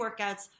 workouts